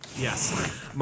Yes